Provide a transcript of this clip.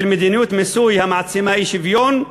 של מדיניות מיסוי המעצימה אי-שוויון: